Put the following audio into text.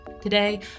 Today